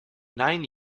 nine